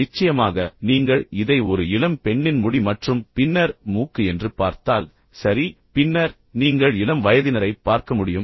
நிச்சயமாக நீங்கள் இதை ஒரு இளம் பெண்ணின் முடி மற்றும் பின்னர் மூக்கு என்று பார்த்தால் சரி பின்னர் நீங்கள் இளம் வயதினரைப் பார்க்க முடியும்